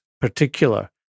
particular